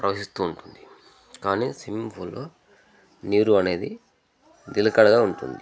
ప్రవహిస్తూ ఉంటుంది కానీ స్విమ్మింగ్ ఫూల్లో నీరు అనేది నిలకడగా ఉంటుంది